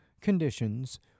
conditions